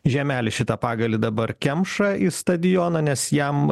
žemelę šitą pagalį dabar kemša į stadioną nes jam